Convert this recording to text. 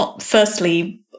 Firstly